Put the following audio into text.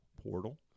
Portal